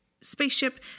spaceship